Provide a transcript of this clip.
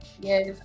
yes